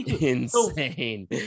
insane